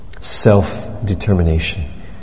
self-determination